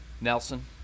Nelson